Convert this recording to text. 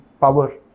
power